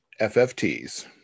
FFTs